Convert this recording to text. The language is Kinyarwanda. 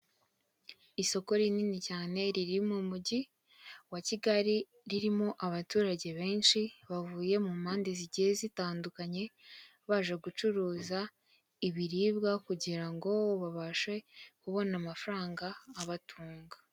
Isoko rinini cyane riri mu umujyi wa Kigali ririmo abaturage benshi bavuye mu mpande zigiye zitandukanye, baje gucuruza ibiribwa kugira ngo babashe kubona amafaranga abatunga.